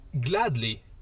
Gladly